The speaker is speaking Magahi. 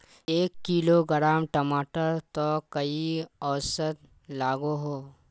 एक किलोग्राम टमाटर त कई औसत लागोहो?